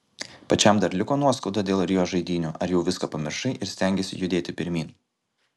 pačiam dar liko nuoskauda dėl rio žaidynių ar jau viską pamiršai ir stengiesi judėti pirmyn